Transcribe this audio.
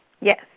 Yes